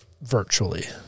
Virtually